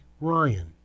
Ryan